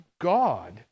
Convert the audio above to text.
God